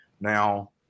now